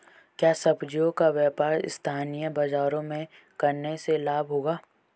क्या सब्ज़ियों का व्यापार स्थानीय बाज़ारों में करने से लाभ होगा?